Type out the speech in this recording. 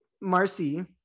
marcy